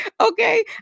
okay